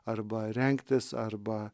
arba rengtis arba